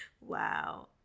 Wow